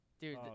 Dude